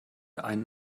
einen